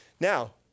Now